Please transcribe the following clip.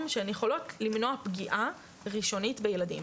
שהן יכולות למנוע פגיעה ראשונית בילדים.